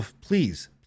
please